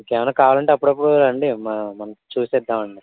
ఏమన్న కావాలంటే అప్పుడప్పుడు రండి మనం మనం చూద్దాం అండి